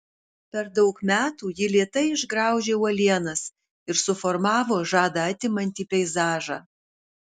per daug metų ji lėtai išgraužė uolienas ir suformavo žadą atimantį peizažą